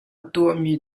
tuahmi